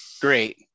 Great